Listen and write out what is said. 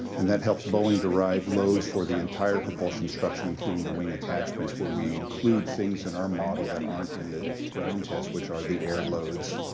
and that helps boeing derive loads for the entire propulsion structure including the wing attachments where we include things in our model that aren't in the ground test which are the air loads,